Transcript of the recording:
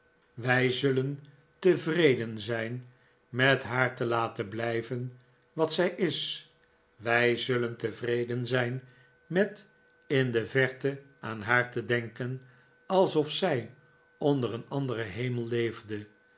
steerforth's moeder den zijn met haar te laten blijven wat zij is wij zullen tevreden zijn met in de verte aan haar te denken alsof zij onder een anderen hemel leefde